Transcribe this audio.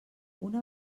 una